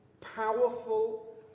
powerful